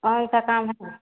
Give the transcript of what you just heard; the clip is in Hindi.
कौन सा काम है मै